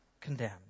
condemned